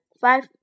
five